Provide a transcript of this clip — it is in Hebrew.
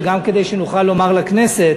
וגם כדי שנוכל לומר לכנסת,